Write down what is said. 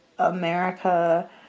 America